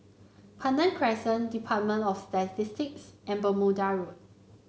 Pandan Crescent Department of Statistics and Bermuda Road